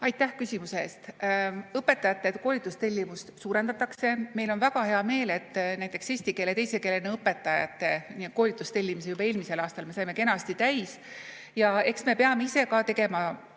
Aitäh küsimuse eest! Õpetajate koolitustellimust suurendatakse. Meil on väga hea meel, et näiteks eesti keele teise keelena õpetajate koolitustellimuse juba eelmisel aastal me saime kenasti täis. Eks me peame ise ka tegema